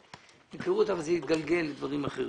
להכרות אבל זה התגלגל לדברים אחרים.